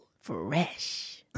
fresh